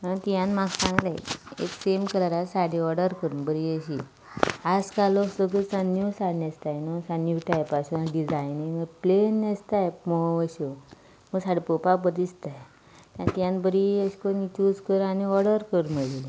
ताणीं म्हाका सांगलें एक सेम कलराची साडी ऑडर कर म्हणून बरी अशी आयज काल लोक सगल्यो सारक्यो नीव साडी न्हेसतात न्हय नीव टायपाच्यो डिजायनय बी प्लेन न्हेसतात मोव अशो पूण साडी पोवपाक बरी दिसता बरी अशी करून चूज कर आनी ऑर्डर कर म्हणली